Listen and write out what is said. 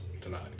tonight